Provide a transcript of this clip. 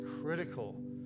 critical